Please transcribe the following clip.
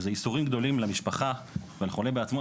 וזה ייסורים גדולים למשפחה, ולחולה בעצמו.